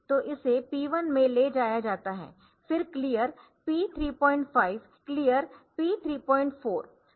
तो इसे P1 में ले जाया जाता है फिर clear P35 Clear P35 clear P34 clear P 34